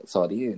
Sorry